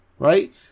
Right